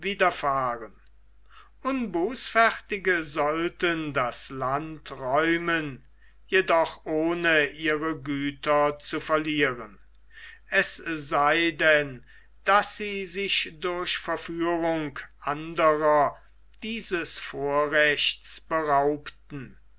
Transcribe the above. widerfahren unbußfertige sollten das land räumen jedoch ohne ihre güter zu verlieren es sei denn daß sie sich durch verführung anderer dieses vorrechts beraubten